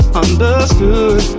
understood